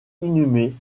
inhumé